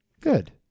good